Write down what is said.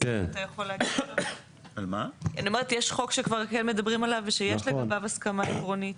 אני אומרת יש חוק שכבר כן מדברים עליו ושיש לגביו הסכמה עקרונית,